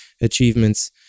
achievements